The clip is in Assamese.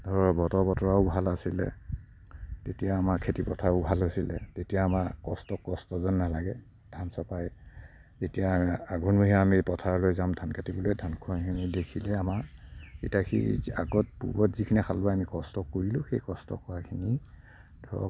আৰু বতৰৰ বতৰাও ভাল আছিলে তেতিয়া আমাৰ খেতি পথাৰো ভাল আছিলে তেতিয়া আমাৰ কষ্ট কষ্ট যেন নালাগে ধান চপাই যেতিয়া আঘোণমহীয়া আমি পথাৰলৈ যাম ধান কাটিবলৈ ধান খোৱাখিনি দেখিলেই আমাৰ এতিয়া সেই আগত পুহত যিখিনি হাল বায় আমি কষ্ট কৰিলোঁ সেই কষ্ট কৰাখিনি ধৰক